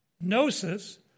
gnosis